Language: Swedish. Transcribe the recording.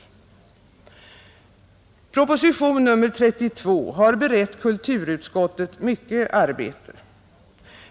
Proposition nr 32 har berett kulturutskottet mycket arbete.